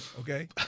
Okay